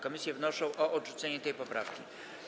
Komisje wnoszą o odrzucenie tej poprawki.